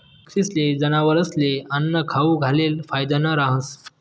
पक्षीस्ले, जनावरस्ले आन्नं खाऊ घालेल फायदानं रहास